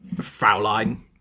Fraulein